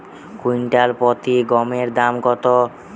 Quintal প্রতি গমের দাম কত?